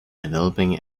developing